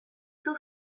two